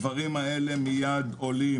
הדברים האלה מיד עולים,